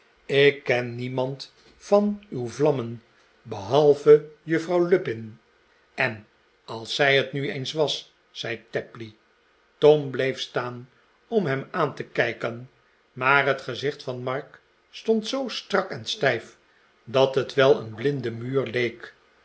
ik ken niemand van uw vlammen behalve juffrouw lupin en als zij het nu eens was zei tapley tom bleef staan om hem aan te kijken maar het gezicht van mark stond zoo strak en stijf dat het wel een blinden muur leek